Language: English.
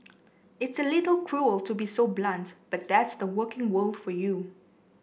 it's a little cruel to be so blunt but that's the working world for you